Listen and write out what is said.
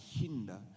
hinder